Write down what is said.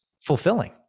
fulfilling